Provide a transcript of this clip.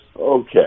okay